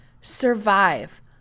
Survive